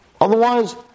Otherwise